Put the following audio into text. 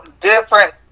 different